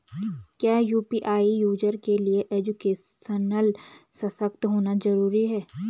क्या UPI user के लिए एजुकेशनल सशक्त होना जरूरी है?